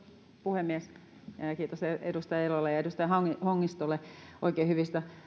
puhemies kiitos edustaja elolle ja edustaja hongistolle oikein hyvistä